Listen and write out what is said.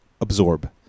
absorb